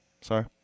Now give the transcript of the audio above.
Sorry